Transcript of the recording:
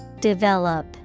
Develop